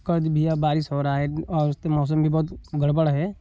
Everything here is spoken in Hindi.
क्योंकि भैया बारिश हो रहा है और मौसम भी बहुत गड़बड़ है